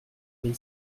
mais